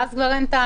ואז כבר אין טעם,